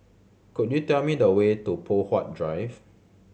could you tell me the way to Poh Huat Drive